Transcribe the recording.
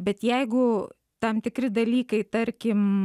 bet jeigu tam tikri dalykai tarkim